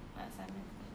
what assignment is that